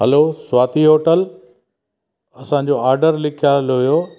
hello Swati hotel असांजो order लिखायलु हुओ